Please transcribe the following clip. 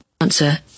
Answer